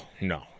no